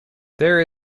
there